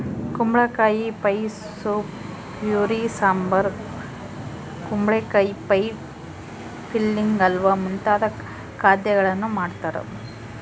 ಕುಂಬಳಕಾಯಿ pie soup puree sambar ಕುಂಬಳಕಾಯಿ pie filling halwa ಮುಂತಾದ ಖಾದ್ಯಗಳನ್ನು ಮಾಡ್ತಾರ